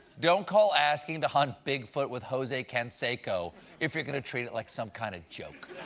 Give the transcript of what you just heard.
don't call asking to hunt bigfoot with jose canseco if you're going to treat it like some kind of joke.